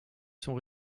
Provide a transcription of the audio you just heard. sont